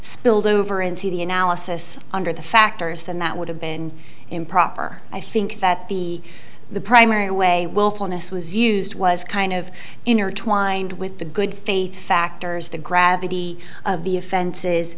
spilled over into the analysis under the factors then that would have been improper i think that the the primary way willfulness was used was kind of inner twined with the good faith factors the gravity of the offenses